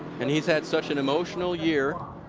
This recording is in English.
and he had such an emotional year.